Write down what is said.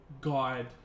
guide